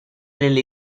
nelle